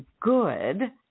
good